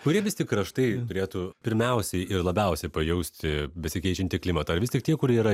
kurie vis tik kraštai turėtų pirmiausiai ir labiausiai pajausti besikeičiantį klimatą ar vis tik tie kurie yra